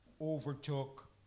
overtook